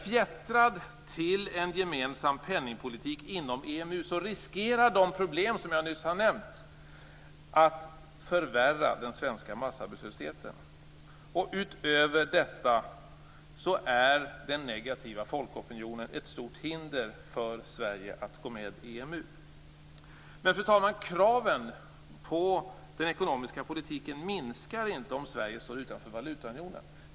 Fjättrad till en gemensam penningpolitik inom EMU riskerar de problem som jag nyss har nämnt att förvärra den svenska massarbetslösheten. Utöver detta är den negativa folkopinionen ett stort hinder för Sverige att gå med i EMU. Men, fru talman, kraven på den ekonomiska politiken minskar inte om Sverige står utanför valutaunionen.